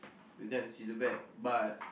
we can't see the back but